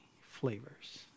flavors